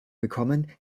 bekommen